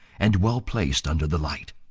and well placed under the light.